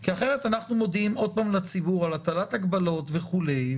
כי אחרת אנחנו מודיעים עוד פעם לציבור על הטלת הגבלות וכולי,